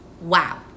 Wow